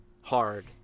hard